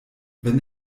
wenn